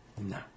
No